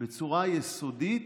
בצורה יסודית